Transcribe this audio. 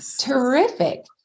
Terrific